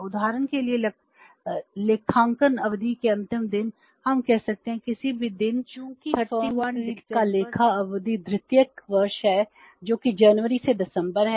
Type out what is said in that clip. उदाहरण के लिए लेखांकन अवधि के अंतिम दिन हम कह सकते हैं कि किसी भी दिन 31 दिसंबर है